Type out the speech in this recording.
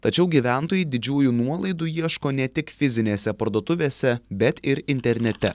tačiau gyventojai didžiųjų nuolaidų ieško ne tik fizinėse parduotuvėse bet ir internete